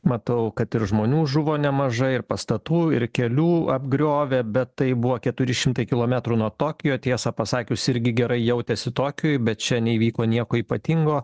matau kad ir žmonių žuvo nemažai ir pastatų ir kelių apgriovė bet tai buvo keturi šimtai kilometrų nuo tokijo tiesą pasakius irgi gerai jautėsi tokijuj bet čia neįvyko nieko ypatingo